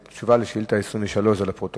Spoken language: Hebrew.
התשובה על שאילתא מס' 23 היא לפרוטוקול.